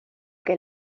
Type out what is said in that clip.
que